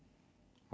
ah